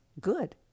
good